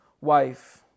wife